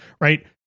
Right